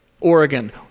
Oregon